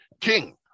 King